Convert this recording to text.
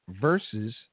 Versus